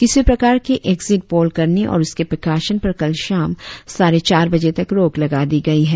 किसी प्रकार के एक्जिट पोल करने और उसके प्रकाशन पर कल शाम साढ़े चार बजे तक रोक लगा दी गई है